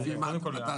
על פי מה נתתם?